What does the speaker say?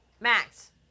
Max